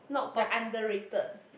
like underrated